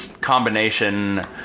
combination